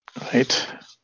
Right